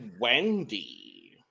Wendy